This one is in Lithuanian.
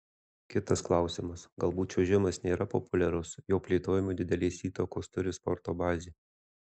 kitas klausimas galbūt čiuožimas nėra populiarus jo plėtojimui didelės įtakos turi sporto bazė